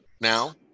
now